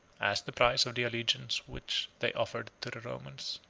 as the price of the alliance which they offered to the romans.